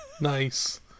Nice